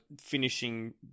finishing